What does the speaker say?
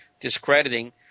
discrediting